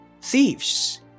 thieves